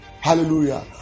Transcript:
Hallelujah